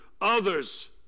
others